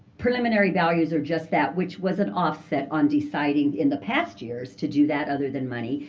preliminary values or just that, which was an offset on deciding in the past years to do that, other than money,